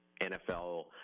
NFL